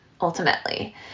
ultimately